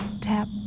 tap